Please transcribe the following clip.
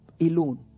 alone